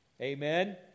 Amen